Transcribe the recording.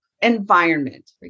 environment